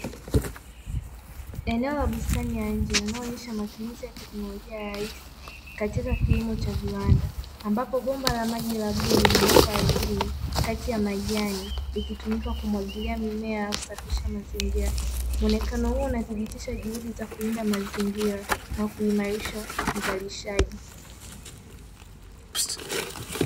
Eneo la bustani ya nje inayoonesha matumizi ya kiteknolojia rahisi katika kilimo cha viwanda, ambapo bomba la maji la bluu limewekwa juu ya ardhi kati ya majani, likitumika kumwagilia mimea kusafishia mazingira muonekano huu unathibitisha juhudi za kulinda mazingira na kuimarisha uzalishaji.